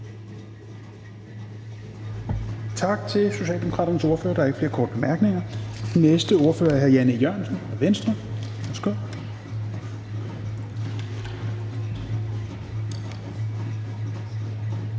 Tak til Socialdemokraternes ordfører. Der er ikke flere korte bemærkninger. Den næste ordfører er hr. Jan E. Jørgensen, Venstre.